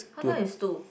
how come is two